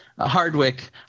Hardwick